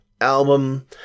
album